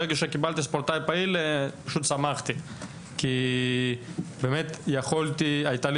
ברגע שקיבלתי מעמד שכזה שמחתי כי הייתה לי